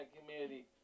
community